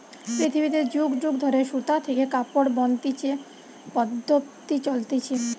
পৃথিবীতে যুগ যুগ ধরে সুতা থেকে কাপড় বনতিছে পদ্ধপ্তি চলতিছে